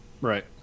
right